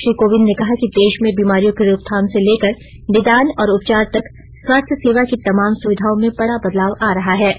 श्री कोविंद ने कहा कि देश में बीमारियों की रोकथाम से लेकर निदान और उपचार तक स्वास्थ्य सेवा की तमाम सुविधाओं में बड़ा बदलाव आ रहा ळें